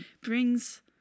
brings